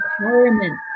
empowerment